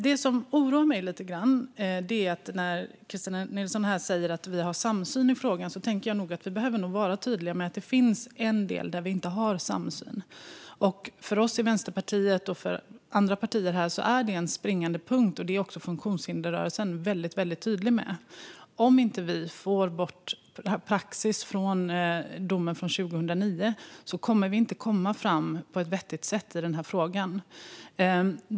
Det som oroar mig lite grann är när Kristina Nilsson här säger att vi har en samsyn i frågan. Men vi behöver nog vara tydliga med att det finns en del där vi inte har en samsyn. För oss i Vänsterpartiet och för andra partier här är det en springande punkt, och det är också funktionshindersrörelsen mycket tydlig med. Om vi inte får bort praxis från domen från 2009 kommer vi inte att komma fram på ett vettigt sätt i denna fråga.